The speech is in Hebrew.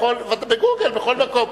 ב"גוגל", בכל מקום.